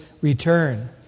return